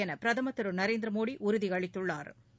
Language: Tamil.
என பிரதம் திரு நரேந்திர மோடி உறுதி அளித்துள்ளாா்